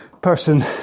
person